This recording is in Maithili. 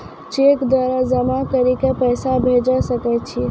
चैक द्वारा जमा करि के पैसा भेजै सकय छियै?